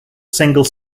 single